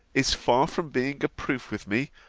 is far from being a proof with me,